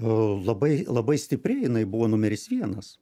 labai labai stipri jinai buvo numeris vienas